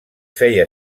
feia